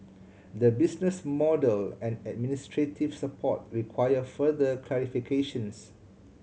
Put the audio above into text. the business model and administrative support require further clarifications